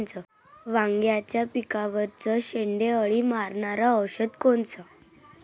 वांग्याच्या पिकावरचं शेंडे अळी मारनारं औषध कोनचं?